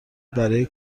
برای